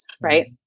right